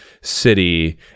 city